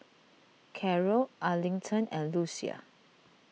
Carrol Arlington and Lucia